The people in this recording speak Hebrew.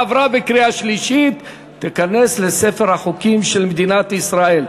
עברה בקריאה שלישית ותיכנס לספר החוקים של מדינת ישראל.